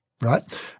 right